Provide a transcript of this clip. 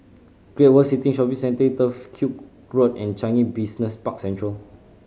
Great World City Shopping Centre Turf Ciub Road and Changi Business Park Central